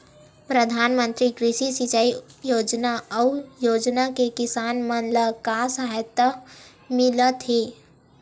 प्रधान मंतरी कृषि सिंचाई योजना अउ योजना से किसान मन ला का सहायता मिलत हे?